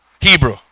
hebrew